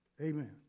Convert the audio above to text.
Amen